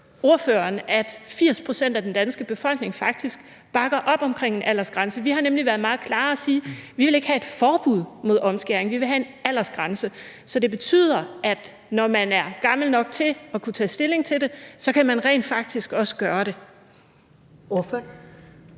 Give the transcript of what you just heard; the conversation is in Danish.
at 80 pct. af den danske befolkning faktisk bakker op omkring en aldersgrænse? Vi har nemlig været meget klare og har sagt, at vi ikke vil have et forbud mod omskæring, men at vi vil have en aldersgrænse. Så det betyder, at når man er gammel nok til at kunne tage stilling til det, kan man rent faktisk også gøre det.